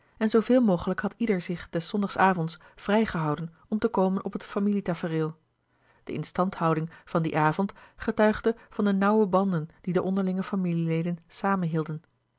en zooveel mogelijk had ieder zich des zondags avonds vrijgehouden om te komen op het familie tafereel de instandhouding van dien avond getuigde van de nauwe banden die de onderlinge familieleden